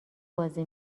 بازی